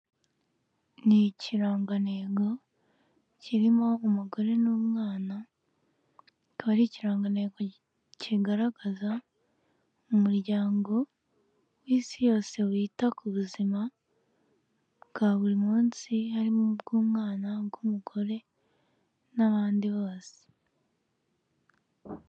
Ni ikiranganengo kirimo umugore n'umwana, akaba ari ikirangantego kigaragaza umuryango w'isi yose wita ku buzima bwa buri munsi, harimo ubw'umwana, ubw'umugore n'abandi bose.